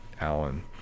Alan